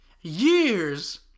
Years